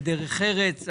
בדרך ארץ,